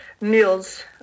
meals